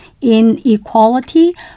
inequality